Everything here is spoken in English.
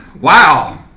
wow